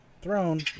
Throne